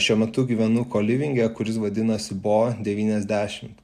šiuo metu gyvenu kolvinge kuris vadinasi bo devyniasdešimt